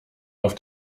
auf